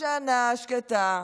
בשנה שקטה,